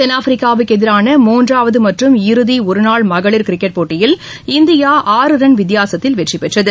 தென்னாப்பிரிக்காவுக்கு எதிரான மூன்றாவது மற்றும் இறுதி ஒருநாள் மகளிர் கிரிக்கெட் போட்டியில் இந்தியா ஆறு ரன் வித்தியாசத்தில் வெற்றி பெற்றது